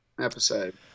episode